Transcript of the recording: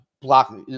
block